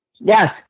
Yes